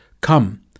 Come